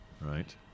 right